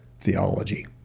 theology